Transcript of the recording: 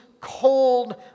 cold